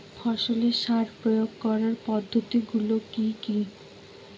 ফসলের সার প্রয়োগ করার পদ্ধতি গুলো কি কি?